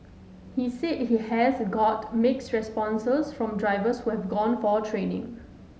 he said he has got mixed responses from drivers who have gone for training